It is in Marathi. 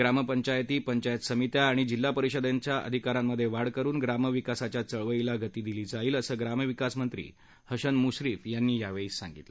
ग्रामपंचायती पंचायत समित्या आणि जिल्हा परिषदांच्या अधिकारांमध्ये वाढ करुन ग्रामविकासाच्या चळवळीला गती दिली जाईल असं ग्रामविकास मंत्री हसन मुश्रीफ यावेळी म्हणाले